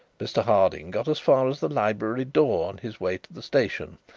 mr harding got as far as the library door on his way to the station,